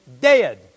Dead